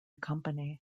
company